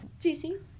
Juicy